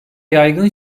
yaygın